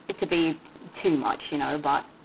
to be too much you know but